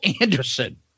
Anderson